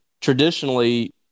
traditionally